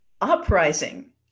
uprising